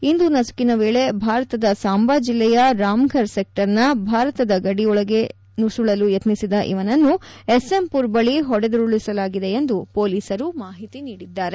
ಇಂದು ನಸುಕಿನ ವೇಳೆ ಭಾರತದ ಸಾಂಬಾ ಜಿಲ್ಲೆಯ ರಾಮ್ಫರ್ ಸೆಕ್ಲರ್ನ ಭಾರತದ ಗಡಿಒಳಗೆ ನುಡುಳಲು ಯತ್ತಿಸಿದ ಇವನನ್ನು ಎಸ್ ಎಂ ಪುರ್ ಬಳಿ ಹೊಡೆದುರುಳಿಸಲಾಗಿದೆ ಎಂದು ಮೊಲೀಸರು ಮಾಹಿತಿ ನೀಡಿದ್ದಾರೆ